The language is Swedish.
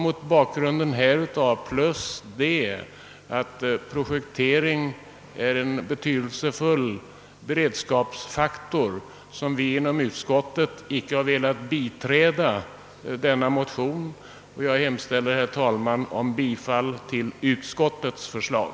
Mot bakgrunden härav och med hänsyn till att projekteringen är en betydelsefull beredskapsfaktor har vi inom utskottet icke velat biträda motionen, och jag hemställer, herr talman, om bifall till utskottets förslag.